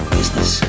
Business